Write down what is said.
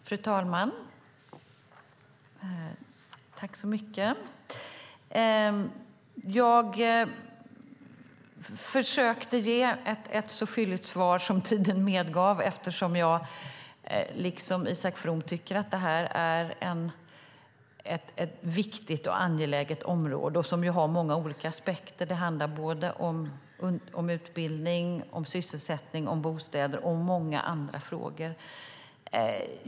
Fru talman! Jag försökte ge ett så fylligt svar som tiden medgav eftersom jag liksom Isak From tycker att det här är ett angeläget område ur många olika aspekter. Det handlar om utbildning, sysselsättning, bostäder och många andra frågor.